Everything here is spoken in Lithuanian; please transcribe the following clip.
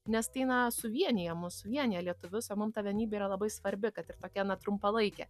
nes tai na suvienija mus suvienija lietuvius o mum ta vienybė yra labai svarbi kad ir tokia na trumpalaikė